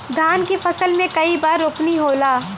धान के फसल मे कई बार रोपनी होला?